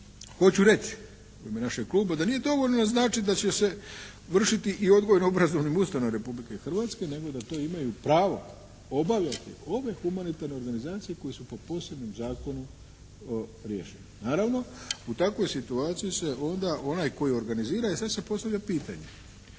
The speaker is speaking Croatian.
hoću reći u ime našeg kluba, da nije dovoljno naznačiti da će se vršiti i u odgojno obrazovnim ustanovama Republike Hrvatske nego da to imaju pravo obavljati ove humanitarne organizacije koje su po posebno zakonu riješene. Naravno u takvoj situaciji se onda onaj koji organizira i sada se postavlja pitanje,